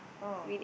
oh